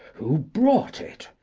who brought it?